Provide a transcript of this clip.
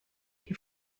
die